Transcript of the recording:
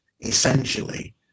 essentially